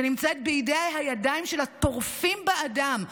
שנמצאת בידיים של הטורפים באדם,